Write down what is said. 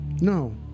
No